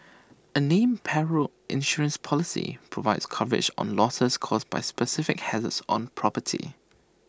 A named Perils Insurance Policy provides coverage on losses caused by specific hazards on property